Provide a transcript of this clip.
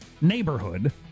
neighborhood